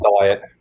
diet